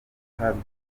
kazwi